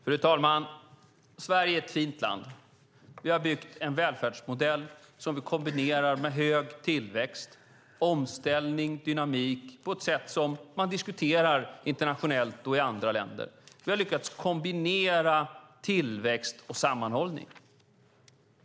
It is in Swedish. Fru talman! Sverige är ett fint land. Vi har byggt en välfärdsmodell som vi kombinerar med hög tillväxt, omställning och dynamik på ett sätt som man diskuterar internationellt och i andra länder. Vi har lyckats kombinera tillväxt och sammanhållning.